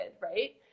right